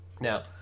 Now